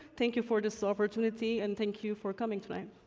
thank you for this opportunity, and thank you for coming tonight.